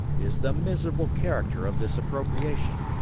is the miserable character of this appropriation,